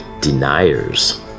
deniers